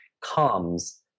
comes